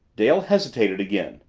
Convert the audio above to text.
dale hesitated again.